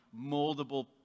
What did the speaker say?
moldable